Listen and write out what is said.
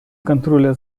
контроля